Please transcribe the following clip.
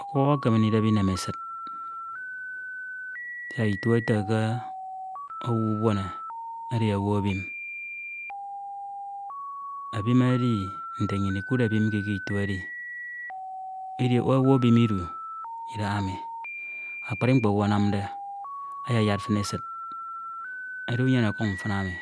Okuk ekeme ndidep inemesid siak itu ete ke owu ubuene edi owu ebim, ebim edi nte nnyin ikuhde ebim k’iko ttu edi, owu ebim idu idahaemi, akpri mkpo owu anamde, ayayad fin esid edi unyene ọkuk mfin emi